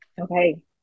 okay